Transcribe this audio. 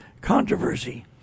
controversy